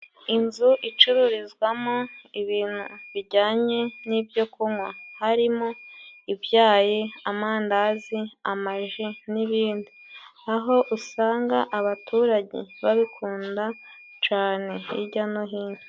Inzu icururizwamo ibintu bijyanye n'ibyo kunywa. Harimo: ibyayi, amandazi, amaji n'ibindi. Aho usanga abaturage babikunda cane hirya no hino.